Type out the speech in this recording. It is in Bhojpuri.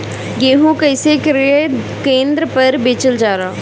गेहू कैसे क्रय केन्द्र पर बेचल जाला?